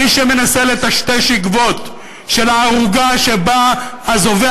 מי שמנסה לטשטש עקבות של הערוגה שבה אזובי